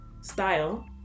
style